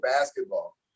basketball